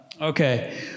okay